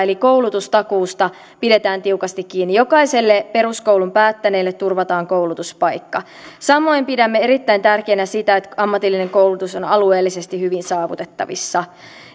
koulutustakuusta pidetään tiukasti kiinni jokaiselle peruskoulun päättäneelle turvataan koulutuspaikka samoin pidämme erittäin tärkeänä sitä että ammatillinen koulutus on alueellisesti hyvin saavutettavissa